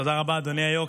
תודה רבה, אדוני היו"ר.